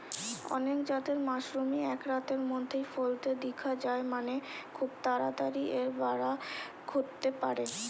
অনেক জাতের মাশরুমই এক রাতের মধ্যেই ফলতে দিখা যায় মানে, খুব তাড়াতাড়ি এর বাড়া ঘটতে পারে